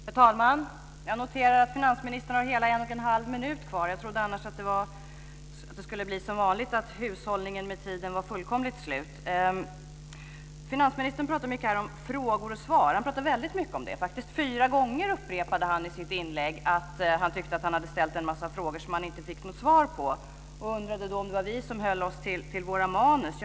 Herr talman! Jag noterar att finansministern har hela 1 1⁄2 minut kvar. Jag trodde annars att det skulle bli som vanligt, att hushållningen med tiden skulle göra att den var fullkomligt slut. Finansministern pratar mycket här om frågor och svar. Han pratar faktiskt väldigt mycket om det. Fyra gånger upprepade han i sitt inlägg att han tyckte att han hade ställt en massa frågor som han inte fick något svar på. Han undrade då om det var vi som höll oss till våra manus.